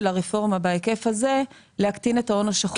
הרפורמה בהיקף הזה להקטין את ההון השחור.